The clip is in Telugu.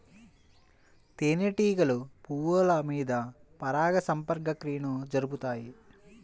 తేనెటీగలు పువ్వుల మీద పరాగ సంపర్క క్రియను జరుపుతాయి